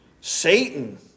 Satan